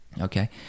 okay